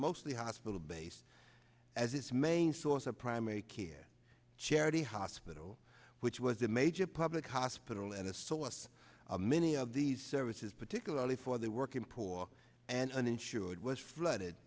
mostly hospital based as its main source of primary care charity hospital which was a major public hospital and a source of many of these services particularly for the working poor and uninsured was flooded